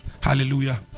Hallelujah